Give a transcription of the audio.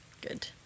good